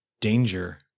Danger